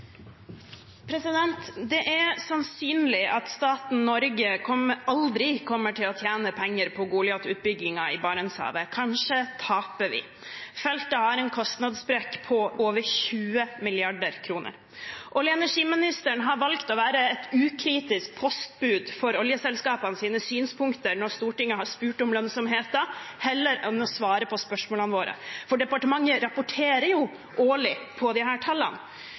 sannsynlig at staten Norge aldri kommer til å tjene penger på Goliat-utbyggingen i Barentshavet. Kanskje taper vi. Feltet har en kostnadssprekk på over 20 mrd. kr. Olje- og energiministeren har valgt å være et ukritisk postbud for oljeselskapenes synspunkter når Stortinget har spurt om lønnsomheten, heller enn å svare på spørsmålene våre, for departementet rapporterer årlig om disse tallene. På